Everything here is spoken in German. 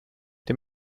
die